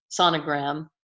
sonogram